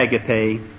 agape